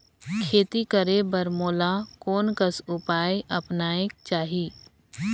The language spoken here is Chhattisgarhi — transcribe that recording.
खेती करे बर मोला कोन कस उपाय अपनाये चाही?